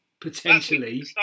potentially